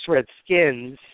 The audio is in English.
Redskins